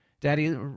Daddy